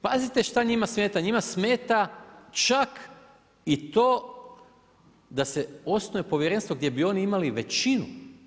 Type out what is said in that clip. Pazite šta njima smeta, njima smeta čak i to da se osnuje povjerenstvo gdje bi oni imali većinu.